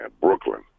Brooklyn